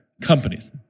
companies